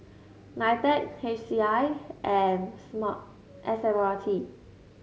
Nitec H C I and Smart S M R T